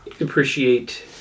appreciate